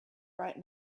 right